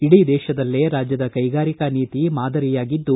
ಇಡೀ ದೇಶದಲ್ಲೇ ರಾಜ್ಯದ ಕೈಗಾರಿಕಾ ನೀತಿ ಮಾದರಿಯಾಗಿದ್ದು